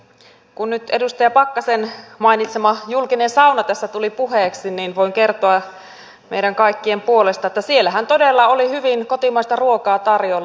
kun nyt edustaja pakkasen mainitsema julkinen sauna tässä tuli puheeksi niin voin kertoa meidän kaikkien puolesta että siellähän todella oli hyvin kotimaista ruokaa tarjolla